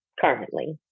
currently